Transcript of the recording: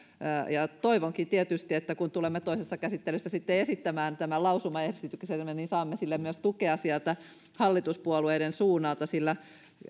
toivonkin tietysti että kun tulemme toisessa käsittelyssä esittämään tämän lausumaehdotuksemme niin saamme sille tukea myös sieltä hallituspuolueiden suunalta